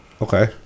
Okay